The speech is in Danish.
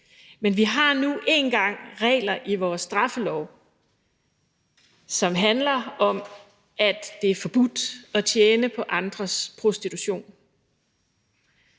men vi har nu engang regler i vores straffelov, som handler om, at det er forbudt at tjene på andres prostitution.